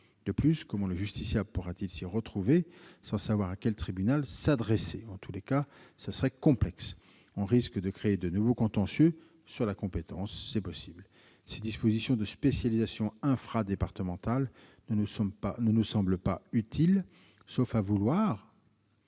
De plus, comment le justiciable pourrait-il s'y retrouver, alors qu'il ne sait pas à quel tribunal s'adresser ? En tous les cas, ce serait complexe. On risque, ce n'est pas exclu, de créer de nouveaux contentieux sur la compétence. Ces dispositions de spécialisation infradépartementale ne nous semblent pas utiles, sauf à vouloir-